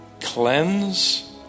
cleanse